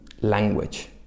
language